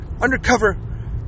undercover